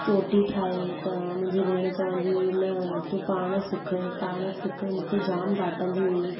चोटी ठाहे त मुंहिंजी भेण चवंदी हुई न तूं पाण सिखु पाण सिखु मूंखे जाम डाटंदी हुई